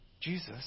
Jesus